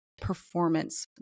performance